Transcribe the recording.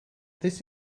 this